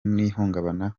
n’ihungabana